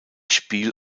spiel